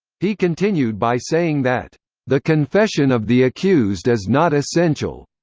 he continued by saying that the confession of the accused is not essential.